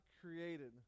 created